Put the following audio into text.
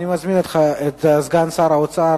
אני מזמין את סגן שר האוצר,